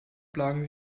plagen